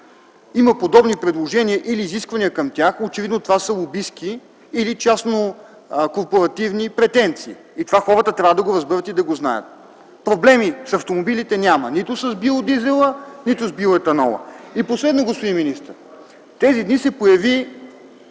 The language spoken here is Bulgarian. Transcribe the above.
има подобни предложения или изисквания към тях, очевидно това са лобистки или частно корпоративни претенции. Това хората трябва да го разберат и да го знаят. Проблеми с автомобилите няма - нито с биодизела, нито с биоетанола. И последно, господин министър. Тези дни се появи